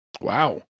Wow